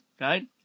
right